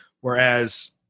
Whereas